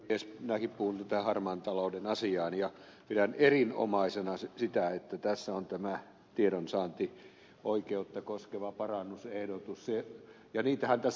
minäkin puutun tähän harmaan talouden asiaan ja pidän erinomaisena sitä että tässä on tämä tiedonsaantioikeutta koskeva parannusehdotus ja sitähän tässä on kaivattu